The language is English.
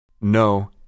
No